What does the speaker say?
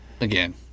again